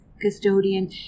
custodian